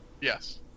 Yes